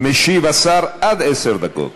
השר משיב עד עשר דקות.